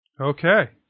Okay